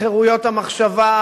חירויות המחשבה,